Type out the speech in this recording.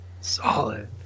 Solid